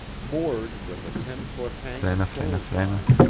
moored with a ten-foot hank of clothesline,